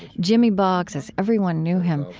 jimmy boggs, as everyone knew him,